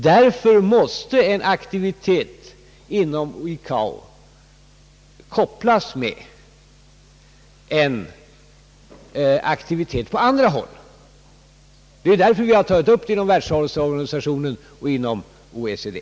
Därför måste en aktivitet inom ICAO sammankopplas med en aktivitet på andra håll. Det är därför vi har tagit upp frågan inom <Världshälsoorganisationen och inom OECD.